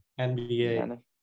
NBA